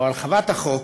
או הרחבת החוק